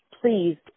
Please